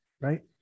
right